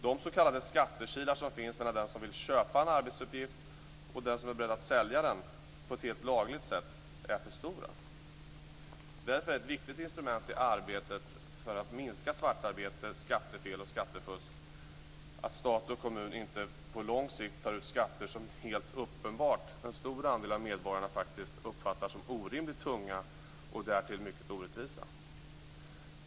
De s.k. skattekilar som finns mellan den som vill köpa en arbetsuppgift och den som är beredd att sälja den på ett helt lagligt sätt är för stora. Därför är ett viktigt instrument i arbetet för att minska svartarbete, skattefel och skattefusk att stat och kommun inte på lång sikt tar ut skatter som helt uppenbart en stor del av medborgarna uppfattar som orimligt tunga och därtill orättvisa.